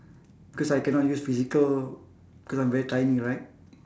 cause I cannot use physical cause I'm very tiny right